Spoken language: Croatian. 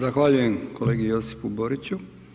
Zahvaljujem kolegi Josipu Boriću.